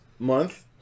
month